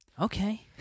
Okay